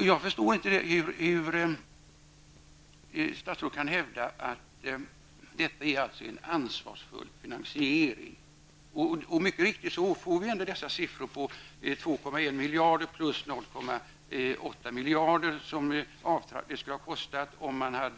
Jag förstår inte hur statsrådet kan hävda att detta är en ansvarsfull finansiering. Mycket riktigt får dessa pensionärer en extra kostnad om 2,1 miljarder kronor, om man